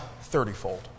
thirtyfold